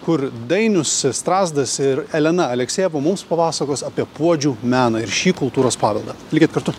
kur dainius strazdas ir elena aleksejeva mums papasakos apie puodžių meną ir šį kultūros paveldą likit kartu